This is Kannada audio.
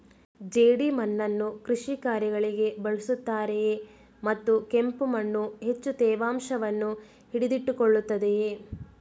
ಜೇಡಿಮಣ್ಣನ್ನು ಕೃಷಿ ಕಾರ್ಯಗಳಿಗೆ ಬಳಸುತ್ತಾರೆಯೇ ಮತ್ತು ಕೆಂಪು ಮಣ್ಣು ಹೆಚ್ಚು ತೇವಾಂಶವನ್ನು ಹಿಡಿದಿಟ್ಟುಕೊಳ್ಳುತ್ತದೆಯೇ?